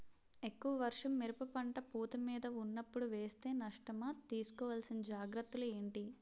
ఎక్కువ వర్షం మిరప పంట పూత మీద వున్నపుడు వేస్తే నష్టమా? తీస్కో వలసిన జాగ్రత్తలు ఏంటి?